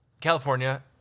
California